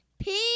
Peace